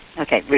Okay